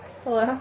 Hello